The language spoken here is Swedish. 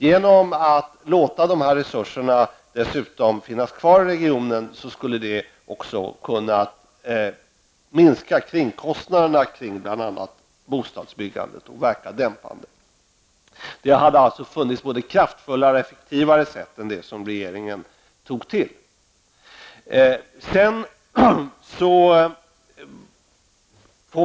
Genom att låta resurserna finnas kvar i regionen skulle kringkostnaderna vid bl.a. bostadsbyggandet kunna minskas och man skulle få en dämpande effekt. Det hade alltså funnits både kraftfullare och effektivare sätt än det som regeringen tog till.